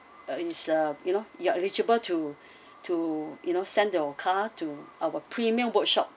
uh it's uh you know you're eligible to to you know send your car to our premium workshop